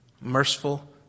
merciful